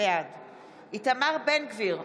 בעד איתמר בן גביר,